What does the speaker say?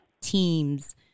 teams